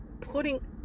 putting